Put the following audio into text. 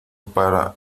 para